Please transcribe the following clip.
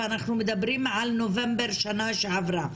ואנחנו מדברים על נובמבר שנה שעברה,